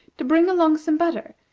to bring along some butter,